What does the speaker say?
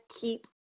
keep